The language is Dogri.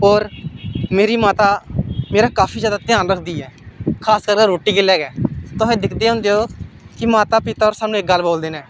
होर मेरी माता मेरा काफी जैदा ध्यान रखदी ऐ खास कर रुट्टी गी लै के तुस दिखदे होंदे ओ कि माता पिता होर सानूं इक गल्ल बोलदे न